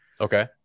Okay